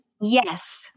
Yes